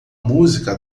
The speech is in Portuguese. música